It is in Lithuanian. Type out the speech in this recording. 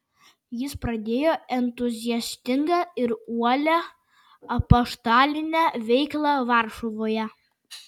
jis pradėjo entuziastingą ir uolią apaštalinę veiklą varšuvoje